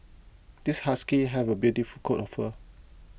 this husky have a beautiful coat of fur